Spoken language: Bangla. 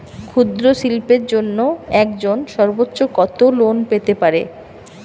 ক্ষুদ্রশিল্পের জন্য একজন সর্বোচ্চ কত লোন পেতে পারে?